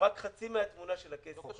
רק חצי מהתמונה של הכסף כי